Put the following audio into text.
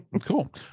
Cool